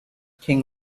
king